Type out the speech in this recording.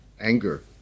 anger